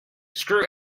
screw